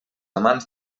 amants